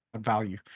value